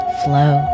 flow